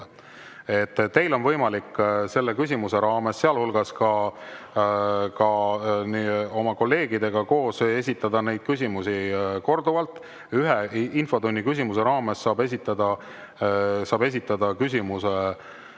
Teil on võimalik selle küsimuse raames, sealhulgas ka oma kolleegidega koos esitada neid küsimusi korduvalt. Ühe infotunni küsimuse raames saab küsimuse esitaja